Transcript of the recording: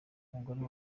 umugore